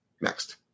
Next